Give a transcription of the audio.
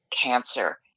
cancer